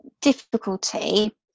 difficulty